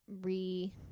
re